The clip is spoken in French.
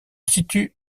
situe